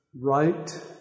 right